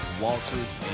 Walters